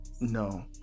No